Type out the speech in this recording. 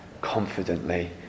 confidently